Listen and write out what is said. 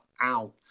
out